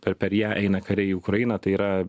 per per ją eina kariai į ukrainą tai yra